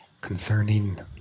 concerning